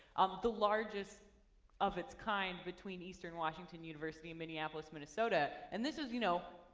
the largest of its kind between eastern washington university and minneapolis, minnesota. and this is, you know,